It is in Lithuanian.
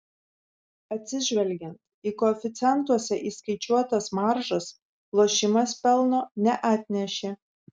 atsižvelgiant į koeficientuose įskaičiuotas maržas lošimas pelno neatnešė